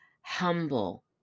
humble